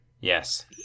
Yes